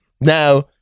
Now